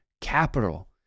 capital